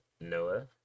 Noah